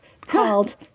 called